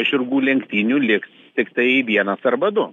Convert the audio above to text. žirgų lenktynių liks tiktai vienas arba du